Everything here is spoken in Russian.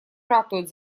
ратует